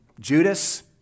Judas